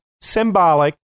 symbolic